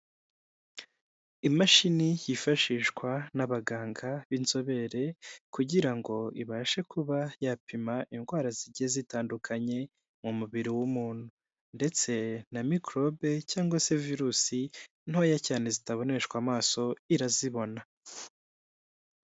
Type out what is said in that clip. Imashini yifashishwa n'abaganga b'inzobere kugira ngo ibashe kuba yapima indwara zigiye zitandukanye mu mubiri w'umuntu ndetse na mikorobe cyangwa se virusi ntoya cyane zitaboneshwa amaso irazibona.